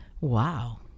wow